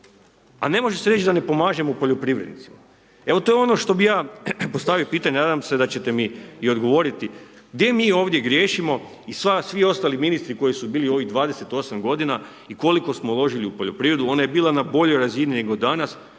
A ne može se reći da ne pomažemo poljoprivrednicima. Evo to je ono što bih ja postavio pitanje, nadam se da ćete mi i odgovoriti, gdje mi ovdje griješimo i svi ostali ministri koji su bili u ovih 28 godina i koliko smo uložili u poljoprivredu, ona je bila na boljoj razini nego danas,